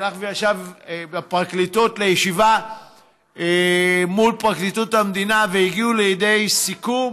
הלך וישב בפרקליטות לישיבה מול פרקליטות המדינה והגיעו לידי סיכום